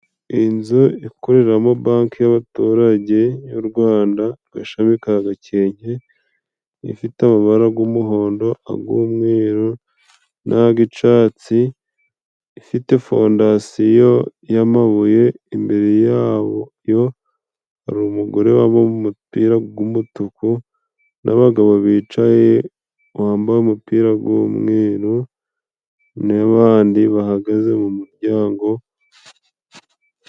Iyi nzu ikoreramo banki y'abaturage y'u Rwanda agashami ka gakenke, ifite amabara g'umuhondo, ag'umweru, n'ag'icatsi, ifite fondasiyo y'amabuye imbere yabo hari umugore wambaye umupira g'umutuku, n'abagabo bicaye bambaye umupira g'umweru n'abandi bahagaze mu muryango...